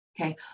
Okay